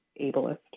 ableist